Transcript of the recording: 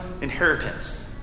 inheritance